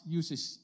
uses